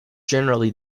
generally